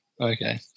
Okay